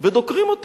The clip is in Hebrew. ודוקרים אותו